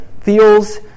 feels